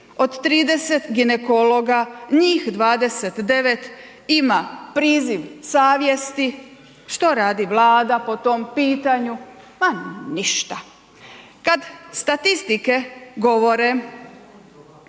od 30 ginekologa, njih 29 ima priziv savjesti, što radi Vlada po tom pitanju?, ma ništa. Kad statistike govore